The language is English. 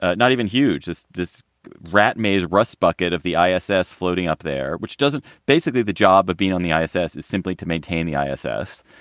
ah not even huge is this rat maze rust bucket of the isis floating up there. which doesn't basically the job of being on the isis is simply to maintain the isis.